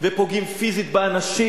ופוגעים פיזית באנשים,